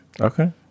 Okay